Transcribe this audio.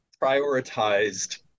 prioritized